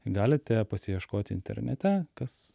galite pasiieškoti internete kas